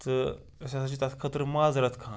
تہٕ أسۍ ہَسا چھِ تَتھ خٲطرٕ معذرت خاں